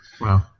Wow